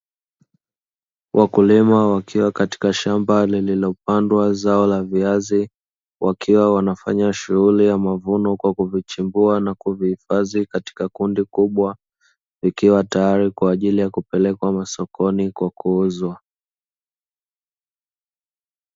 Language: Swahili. Wakulima wakiwa katika shamba lililopandwa zao la viazi wakiwa wanafanya shughuli ya mavuno kwa kuvichimbua na kuvihifadhi katika kundi kubwa, likiwa tayari kwa ajili ya kupelekwa masokoni kwa kuuzwa.